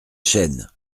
chenes